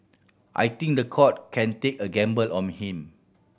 I think the court can take a gamble on him